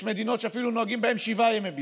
יש מדינות שאפילו נוהגים בהן שבעה ימי בידוד.